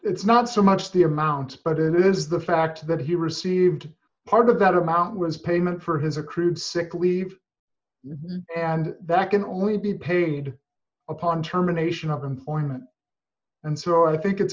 it's not so much the amount but it is the fact that he received part of that amount was payment for his accrued sick leave and that can only be paid upon terminations of employment and so i think it's